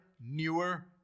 newer